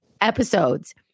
episodes